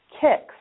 kicks